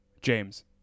James